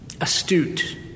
astute